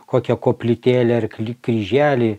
kokią koplytėlę ar kli kryželį